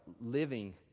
living